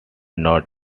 not